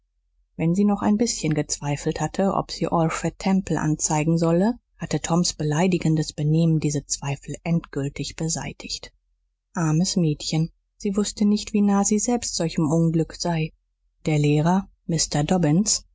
wenn sie noch ein bißchen gezweifelt hatte ob sie alfred temple anzeigen solle hatte toms beleidigendes benehmen diese zweifel endgültig beseitigt armes mädchen sie wußte nicht wie nahe sie selbst solchem unglück sei der lehrer mr dobbins